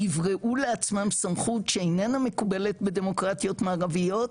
יבראו לעצמם סמכות שאיננה מקובלת בדמוקרטיות מערביות,